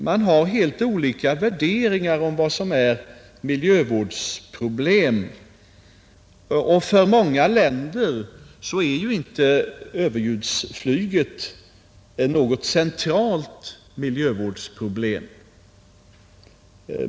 Man har helt olika värderingar av vad som är miljövårdsproblem, och för många länder är ju överljudsflyget inte något centralt miljövårdsproblem.